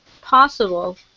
possible